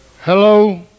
Hello